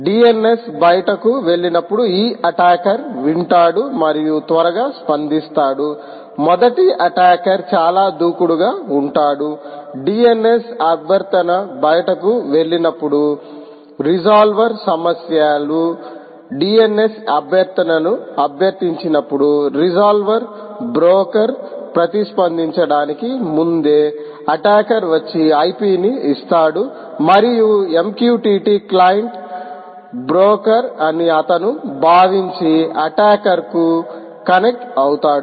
DNS బయటకు వెళ్లినప్పుడు ఈ అటాకర్ వింటాడు మరియు త్వరగా స్పందిస్తాడు మొదటి అటాకర్ చాలా దూకుడుగా ఉంటాడు DNS అభ్యర్ధన బయటకు వెళ్ళినప్పుడు రిసాల్వర్ సమస్యలు DNS అభ్యర్థనను అభ్యర్థించినప్పుడు రిసాల్వర్ బ్రోకర్ ప్రతిస్పందించడానికి ముందే అటాకర్ వచ్చి IP ని ఇస్తాడు మరియు MQTT క్లయింట్ బ్రోకర్ అని అతను భావించి అటాకర్ కు కనెక్ట్ అవుతాడు